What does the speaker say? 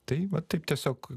tai va taip tiesiog